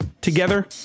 Together